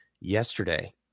Yesterday